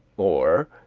or,